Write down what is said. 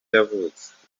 yavutse